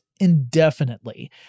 indefinitely